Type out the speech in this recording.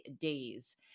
days